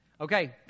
Okay